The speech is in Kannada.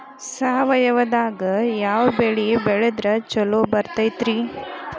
ಸಾವಯವದಾಗಾ ಯಾವ ಬೆಳಿ ಬೆಳದ್ರ ಛಲೋ ಬರ್ತೈತ್ರಿ?